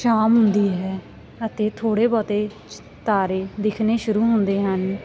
ਸ਼ਾਮ ਹੁੰਦੀ ਹੈ ਅਤੇ ਥੋੜ੍ਹੇ ਬਹੁਤੇ ਤਾਰੇ ਦਿਖਣੇ ਸ਼ੁਰੂ ਹੁੰਦੇ ਹਨ